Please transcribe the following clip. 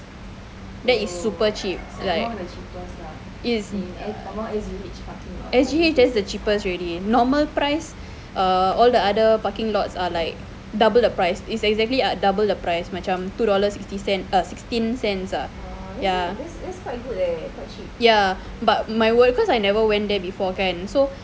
that is super cheap like S_G_H that's the cheapest already normal price err all the other parking lots are like double the price is exactly double the price macam two dollars sixty cents uh sixteen cents ah ya ya but my worry cause I never went there before kan so